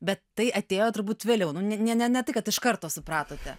bet tai atėjo turbūt vėliau nu ne ne ne tai kad iš karto supratote